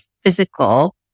physical